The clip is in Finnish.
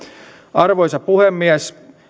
arvoisa puhemies